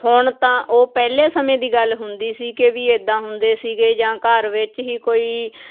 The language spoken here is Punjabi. ਹੁਣ ਤਾਂ ਉਹ ਪਹਿਲੇ ਸਮੇਂ ਦੀ ਗੱਲ ਹੁੰਦੀ ਸੀ ਕਿ ਵੀ ਇੱਦਾਂ ਹੁੰਦੇ ਸੀਗੇ ਜਾਂ ਘਰ ਵਿੱਚ ਹੀ ਕੋਈ